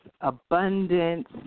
abundance